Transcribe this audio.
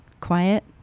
quiet